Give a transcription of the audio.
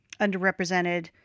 underrepresented